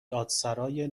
دادسرای